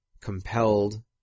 compelled